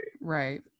right